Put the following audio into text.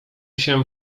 się